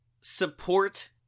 Support